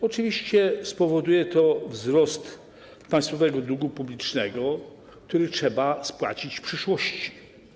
Oczywiście spowoduje to wzrost państwowego długu publicznego, który trzeba spłacić w przyszłości.